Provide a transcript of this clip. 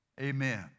amen